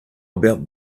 about